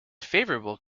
favorable